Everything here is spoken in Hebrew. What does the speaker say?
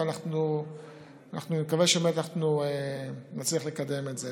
ואנחנו מקווים שבאמת נצליח לקדם את זה.